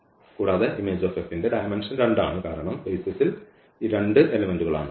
കൂടാതെ image F ന്റെ dimension 2 ആണ്